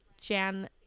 Jan